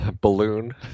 Balloon